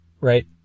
Right